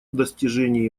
достижении